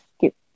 get